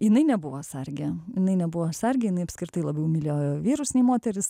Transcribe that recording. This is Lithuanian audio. jinai nebuvo sargė jinai nebuvo sargė jinai apskritai labiau mylėjo vyrus nei moteris